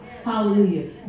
Hallelujah